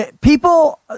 people